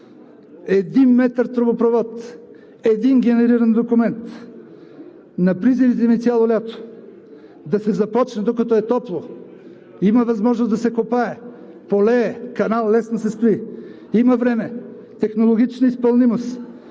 един метър тръбопровод, един генериран документ на призивите ни цяло лято да се започне, докато е топло. Има възможност да се копае, полее, канал лесно се строи. Има време, технологична изпълнимост.